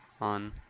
on